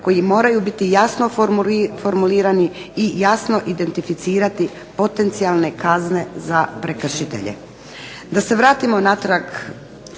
koji moraju biti jasno formulirani i jasno identificirati potencijalne kazne za prekršitelje. Da se vratimo natrag